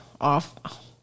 Off